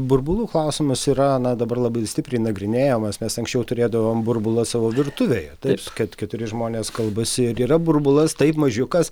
burbulų klausimas yra na dabar labai stipriai nagrinėjamas nes anksčiau turėdavom burbulą savo virtuvėje taip kad keturi žmonės kalbasi ir yra burbulas taip mažiukas